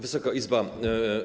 Wysoka Izbo!